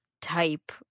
type